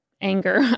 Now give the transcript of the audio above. anger